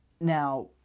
Now